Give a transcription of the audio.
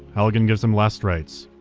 halligan gives him last rites.